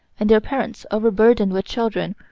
and their parents, overburdened with children,